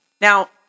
Now